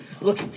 Look